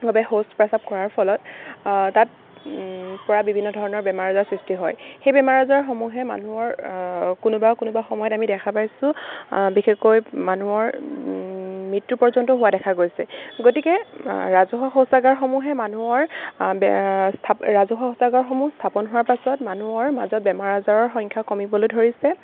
ভাৱে শৌচ প্ৰস্বাৱ কৰাৰ ফলত তাত পৰা বিভিন্ন ধৰণৰ বেমাৰ আজাৰ সৃষ্টি হয় সেই বেমাৰ আজাৰসমূহে মানুহৰ কোনোবা কোনোবা সময়ত আমি দেখা পাইছোঁ বিশেষকৈ মানুহৰ মৃত্য পৰ্যন্ত হোৱা দেখা গৈছে গতিকে ৰাজহুৱা শৌচাগাৰ সমূহে মানুহৰ বে স্থা ৰাজহুৱা শৌচাগাৰসমূহ স্থাপন হোৱাৰ পাছত মানুহৰ মাজত বেমাৰ আজাৰৰ সংখ্যা কমিবলৈ ধৰিছে